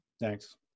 thanks